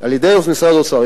על-ידי משרד האוצר.